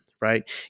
right